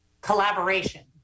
collaboration